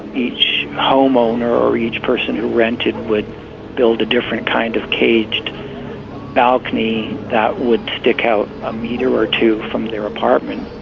each homeowner or each person who rented would build a different kind of caged balcony that would stick out a meter or two from their apartment.